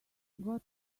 got